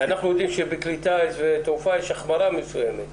אנחנו יודעים שבכלי טיס, בתעופה, יש החמרה מסוימת.